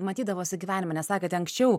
matydavosi gyvenime nes sakėte anksčiau